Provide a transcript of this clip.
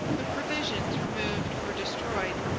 the provisions removed or destroyed,